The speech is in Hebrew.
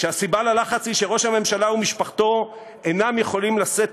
שהסיבה ללחץ היא שראש הממשלה ומשפחתו אינם יכולים לשאת